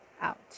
out